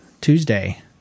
Tuesday